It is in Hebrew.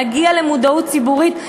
להגיע למודעות ציבורית,